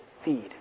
feed